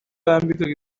yambikwaga